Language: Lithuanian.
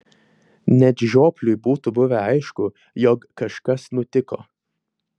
net žiopliui būtų buvę aišku jog kažkas nutiko